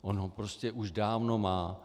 On ho prostě už dávno má.